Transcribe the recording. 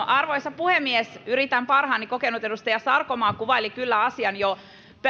arvoisa puhemies yritän parhaani kokenut edustaja sarkomaa kuvaili kyllä jo asian